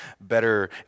Better